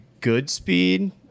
Goodspeed